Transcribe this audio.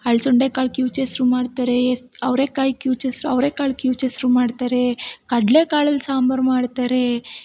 ಹಲ್ಸಂದೆ ಕಾಳು ಕಿವುಚೆಸ್ರು ಮಾಡ್ತಾರೇ ಅವ್ರೆಕಾಯಿ ಕಿವುಚೆಸ್ರು ಅವ್ರೆಕಾಳು ಕಿವುಚೆಸ್ರು ಮಾಡ್ತಾರೇ ಕಡ್ಲೆಕಾಳಲ್ಲಿ ಸಾಂಬಾರ್ ಮಾಡ್ತಾರೇ